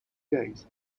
days